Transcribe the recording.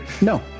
No